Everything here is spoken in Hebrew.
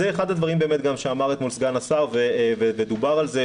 זה אחד הדברים שאמר אתמול סגן השר ודובר על זה,